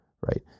right